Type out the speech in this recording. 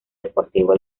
deportivo